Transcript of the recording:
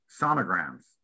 sonograms